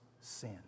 sin